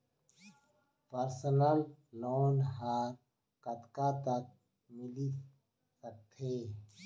Personal loan ह कतका तक मिलिस सकथे?